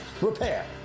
repair